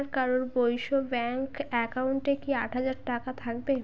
আর কারোর বৈশ্য ব্যাঙ্ক অ্যাকাউন্টে কি আট হাজার টাকা থাকবে